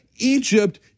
Egypt